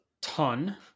ton